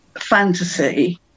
fantasy